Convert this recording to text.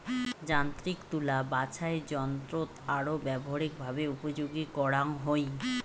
যান্ত্রিক তুলা বাছাইযন্ত্রৎ আরো ব্যবহারিকভাবে উপযোগী করাঙ হই